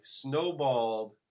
snowballed